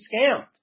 scammed